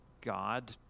God